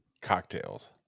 cocktails